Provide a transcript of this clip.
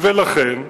לכן,